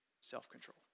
Self-control